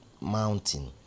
mountain